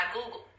Google